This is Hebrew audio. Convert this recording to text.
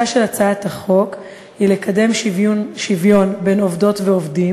מטרתה של הצעת החוק היא לקדם שוויון בין עובדות ועובדים